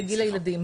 ולגיל הילדים.